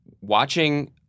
watching